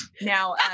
now